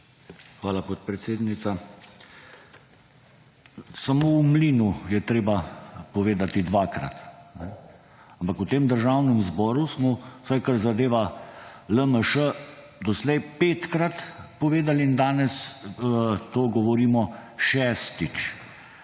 Hvala, podpredsednica. Samo v mlinu je treba povedati dvakrat, ampak v Državnem zboru smo, vsaj kar zadeva LMŠ, doslej petkrat povedali in danes to govorimo šestič